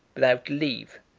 without leave,